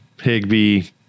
Higby